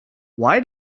why